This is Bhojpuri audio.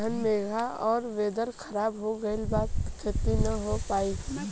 घन मेघ से वेदर ख़राब हो गइल बा खेती न हो पाई